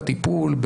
בטיפול,